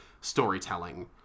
storytelling